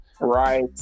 Right